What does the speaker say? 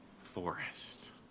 forest